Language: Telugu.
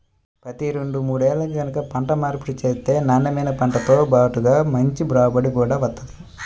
ప్రతి రెండు మూడేల్లకి గనక పంట మార్పిడి చేత్తే నాన్నెమైన పంటతో బాటుగా మంచి రాబడి గూడా వత్తది